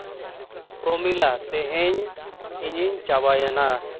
ᱯᱨᱚᱢᱤᱞᱟ ᱛᱮᱦᱤᱧ ᱤᱧᱤᱧ ᱪᱟᱵᱟᱭᱮᱱᱟ